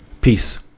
Peace